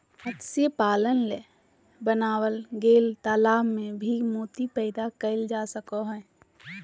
मत्स्य पालन ले बनाल गेल तालाब में भी मोती पैदा कइल जा सको हइ